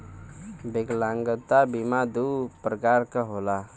विकलागंता बीमा दू प्रकार क होला